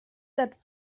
that